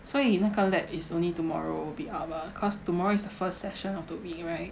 所以那个 lab is only tomorrow will be up ah because tomorrow is the first session of the week right